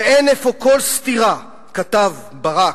ואין אפוא כל סתירה", כתב ברק,